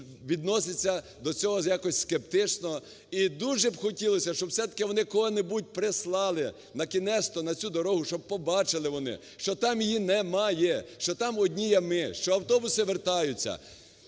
відноситься до цього якось скептично і дуже б хотілося, щоб все-таки вони кого-небудь прислали накінец-то на цю дорогу, щоб побачили вони, що там її немає, що там одні ями, що автобуси вертаються.